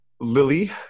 Lily